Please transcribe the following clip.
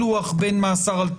אין בו הערכת סיכון,